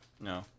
No